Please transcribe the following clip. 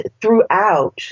throughout